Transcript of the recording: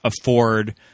afford